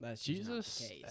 Jesus